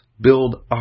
build